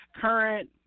current